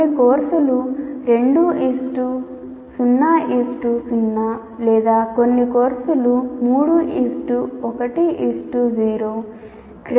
కొన్ని కోర్సులు 2 0 0 లేదా కొన్ని కోర్సులు 3 1 0